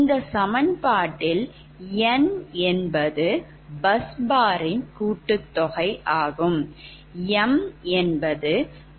இந்த சமன்பாட்டில் 'n' என்பது bus bar ன் கூட்டுத்தொகை ஆகும்